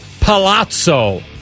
palazzo